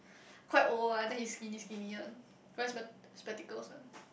quite old ah then he skinny skinny one wear spec~ spectacles one